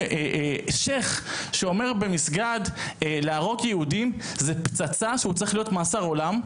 ששיח' שאומר במסגד להרוג יהודים זה פצצה שהוא צריך להיות מאסר עולם,